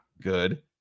good